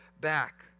back